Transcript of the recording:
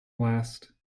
last